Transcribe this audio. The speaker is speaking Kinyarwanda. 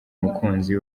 mukunzi